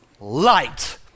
light